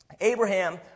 Abraham